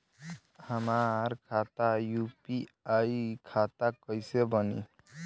हमार खाता यू.पी.आई खाता कइसे बनी?